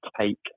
take